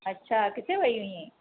अच्छा किथे वई हुईअं